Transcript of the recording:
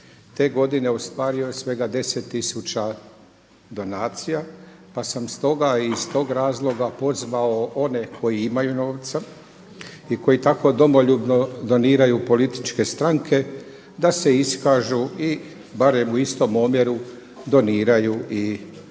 te godine ostvario svega 10 tisuća donacija pa sam stoga i iz tog razloga pozvao one koji imaju novca i koji tako domoljubno doniraju političke stranke da se iskažu i barem u istom omjeru doniraju i Hrvatski